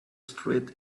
street